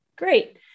great